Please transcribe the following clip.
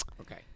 Okay